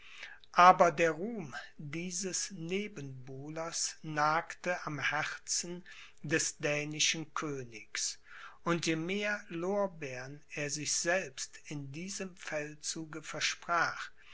aber der ruhm dieses nebenbuhlers nagte am herzen des dänischen königs und je mehr lorbeern er sich selbst in diesem feldzuge versprach